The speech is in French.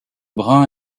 brun